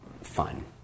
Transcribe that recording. fun